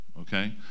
okay